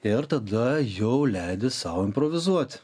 ir tada jau leidi sau improvizuoti